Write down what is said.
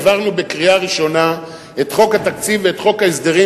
העברנו בקריאה ראשונה את חוק התקציב ואת חוק ההסדרים,